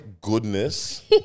goodness